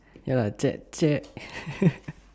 ya lah check check